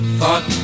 Thought